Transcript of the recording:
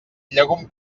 llegum